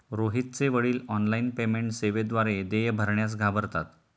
रोहितचे वडील online payment सेवेद्वारे देय भरण्यास घाबरतात